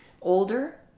older